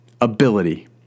ability